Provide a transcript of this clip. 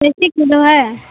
कैसे किलो है